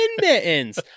mittens